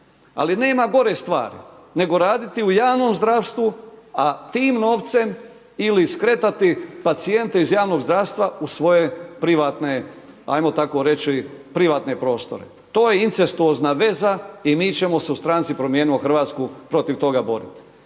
Ali nema gore stvari nego raditi u javnom zdravstvu, a tim novcem ili skretati pacijente iz javnog zdravstva u svoje privatne, ajmo tako reći privatne prostore. To je incestuozna veza i mi ćemo se u stranci Promijenimo Hrvatsku protiv toga boriti.